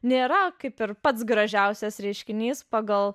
nėra kaip ir pats gražiausias reiškinys pagal